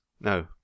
No